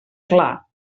clar